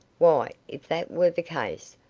why, if that were the case,